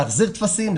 להחזיר טפסים,